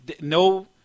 no